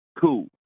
Cool